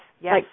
yes